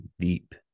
deep